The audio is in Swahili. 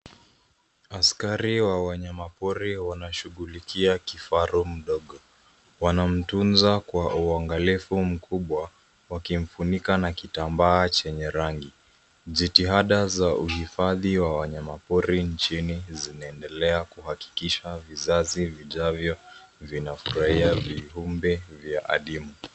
Askari wa wanyamapori wanashughulika kifaru mdogo, wanamtunza kwa uangalifu mkubwa wakimfunika na kitambaa chenye rangi. Jitihada za hifadhia wa wanyamapori nchini zinaendelea kuhakikisha vizazi vijavyo vinafurahia viumbe vya adimu.